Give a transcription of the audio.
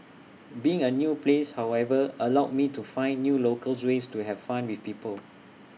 being in A new place however allowed me to find new local ways to have fun with people